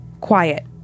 quiet